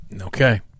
Okay